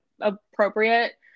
appropriate